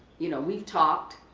you know, we've talked